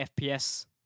FPS